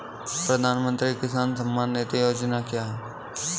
प्रधानमंत्री किसान सम्मान निधि योजना क्या है?